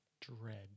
Dread